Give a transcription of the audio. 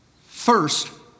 First